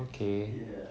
okay